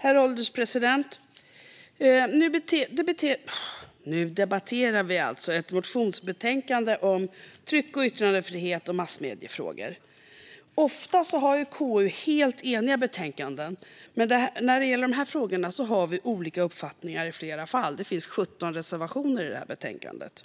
Herr ålderspresident! Nu debatterar vi alltså ett motionsbetänkande om tryck och yttrandefrihet samt massmediefrågor. Ofta har ju KU helt eniga betänkanden, men när det gäller de här frågorna har vi olika uppfattningar i flera fall. Det finns 17 reservationer i betänkandet.